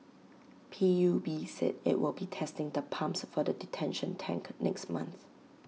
P U B said IT will be testing the pumps for the detention tank next month